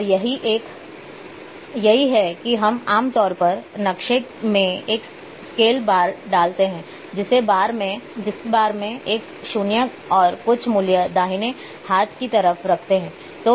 और यह है कि हम आम तौर पर नक्शे में एक स्केल बार डालते हैं जिस बार में एक 0 और कुछ मूल्य दाहिने हाथ की तरफ रखते हैं